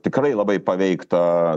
tikrai labai paveikta